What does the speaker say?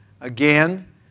again